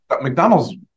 McDonald's